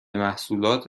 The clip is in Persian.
محصولات